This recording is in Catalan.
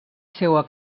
seua